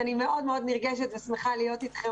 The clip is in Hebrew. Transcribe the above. אני נרגשת מאוד ושמחה להיות אתכם